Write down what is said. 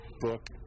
book